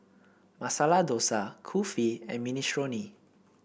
Masala Dosa Kulfi and Minestrone